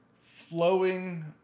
flowing